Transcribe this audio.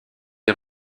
est